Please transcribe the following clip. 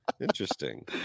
interesting